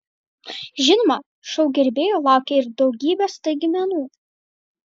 žinoma šou gerbėjų laukia ir daugybė staigmenų